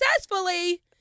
successfully